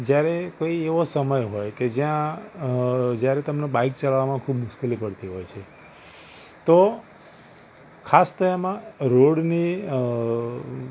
જ્યારે કોઈ એવો સમય હોય કે જ્યાં જ્યારે તમને બાઈક ચલાવવામાં ખૂબ મુશ્કેલી પડતી હોય છે તો ખાસ તેમાં રોડની